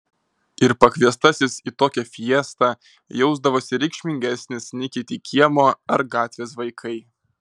ir pakviestasis į tokią fiestą jausdavosi reikšmingesnis nei kiti kiemo ar gatvės vaikai